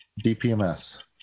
DPMS